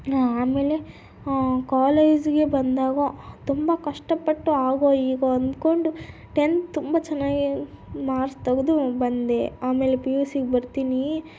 ಆಮೇಲೆ ಕಾಲೇಜಿಗೆ ಬಂದಾಗ ತುಂಬ ಕಷ್ಟಪಟ್ಟು ಹಾಗೋ ಹೀಗೋ ಅಂದ್ಕೊಂಡು ಟೆಂತ್ ತುಂಬ ಚೆನ್ನಾಗಿ ಮಾರ್ಕ್ಸ್ ತೆಗೆದು ಬಂದೆ ಆಮೇಲೆ ಪಿ ಯು ಸಿಗೆ ಬರ್ತೀನಿ